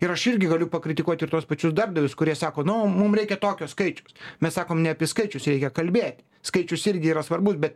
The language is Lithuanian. ir aš irgi galiu pakritikuoti ir tuos pačius darbdavius kurie sako nu mum reikia tokio skaičiaus mes sakom ne apie skaičius reikia kalbėti skaičius irgi yra svarbus bet